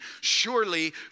Surely